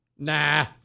Nah